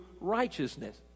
righteousness